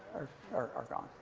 are are gone.